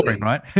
Right